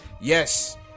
Yes